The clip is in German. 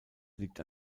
liegt